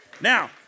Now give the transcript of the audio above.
Now